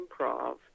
improv